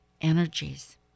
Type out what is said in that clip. energies